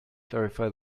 clarify